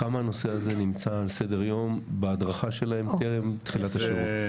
כמה הנושא הזה נמצא על סדר היום בהדרכה שלהן טרם תחילת השירות?